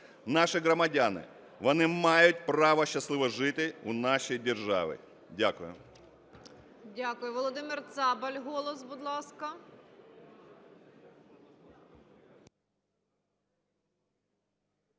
наші громадяни. Вони мають право щасливо жити у нашій державі. Дякую.